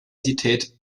universität